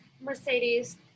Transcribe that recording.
mercedes